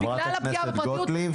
בגלל הפגיעה בפרטיות,